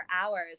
hours